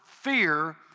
fear